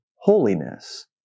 holiness